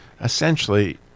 essentially